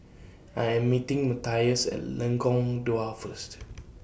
I Am meeting Matias At Lengkong Dua First